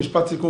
משפט סיכום